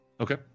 Okay